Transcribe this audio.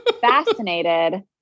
Fascinated